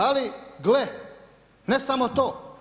Ali gle, ne samo to.